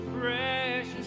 precious